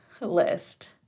list